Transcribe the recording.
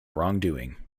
wrongdoing